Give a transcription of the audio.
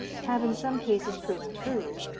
have in some cases proven true,